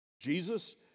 Jesus